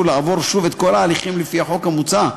לעבור שוב את כל ההליכים לפי החוק המוצע,